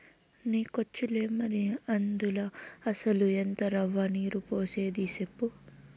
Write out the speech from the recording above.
నీకొచ్చులే మరి, అందుల అసల ఎంత రవ్వ, నీరు పోసేది సెప్పు